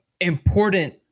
important